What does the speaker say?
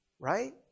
Right